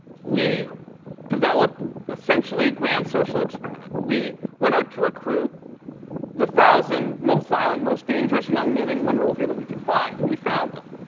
we developed essentially a grand social experiment. we went out to recruit the one thousand most violent, most dangerous young men in monrovia that we could find, and we found them,